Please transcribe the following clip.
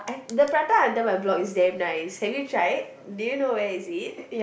the prata under my block is damn nice have you tried do you know where is it